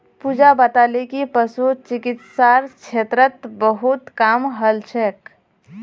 पूजा बताले कि पशु चिकित्सार क्षेत्रत बहुत काम हल छेक